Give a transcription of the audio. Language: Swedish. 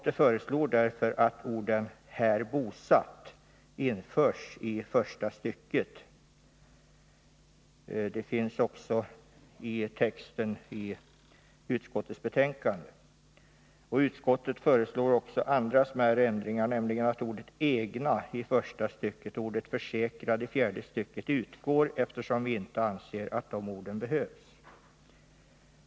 Vi föreslår därför att orden ”här bosatt” införs i första stycket. Utskottet föreslår också andra smärre ändringar, nämligen att ordet ”egna” i första stycket och ordet ”försäkrad” i fjärde stycket utgår. Vi anser inte att dessa ord behövs.